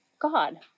God